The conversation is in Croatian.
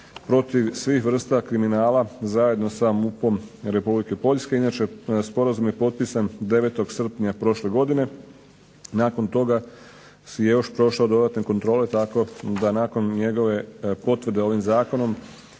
protiv svih vrsta kriminala zajedno sa MUP-om Republike Poljske. Inače, sporazum je potpisan 9. srpnja prošle godine. Nakon toga je još prošao dodatne kontrole, tako da nakon njegove potvrde ovim Zakonom